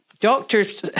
doctors